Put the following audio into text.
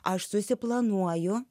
aš susiplanuoju